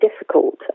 difficult